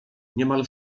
niemal